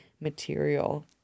material